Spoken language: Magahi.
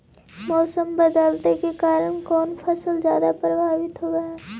मोसम बदलते के कारन से कोन फसल ज्यादा प्रभाबीत हय?